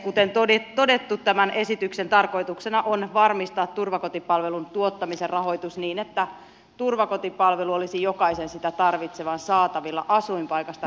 kuten todettu tämän esityksen tarkoituksena on varmistaa turvakotipalvelun tuottamisen rahoitus niin että turvakotipalvelu olisi jokaisen sitä tarvitsevan saatavilla asuinpaikasta riippumatta